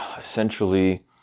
essentially